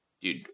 dude